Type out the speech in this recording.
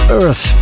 earth